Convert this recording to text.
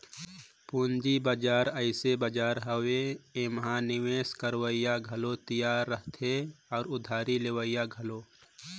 पंूजी बजार अइसे बजार हवे एम्हां निवेस करोइया घलो तियार रहथें अउ उधारी लेहोइया घलो